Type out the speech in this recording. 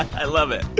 i love it.